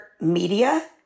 media